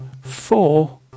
four